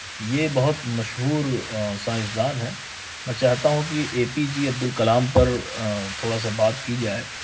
یہ بہت مشہور سائنسدان ہیں میں چاہتا ہوں کہ A P J Abdul Kalam پر تھوڑا سا بات کی جائے